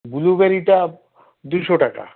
ব্লুবেরিটা দুশো টাকা